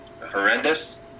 horrendous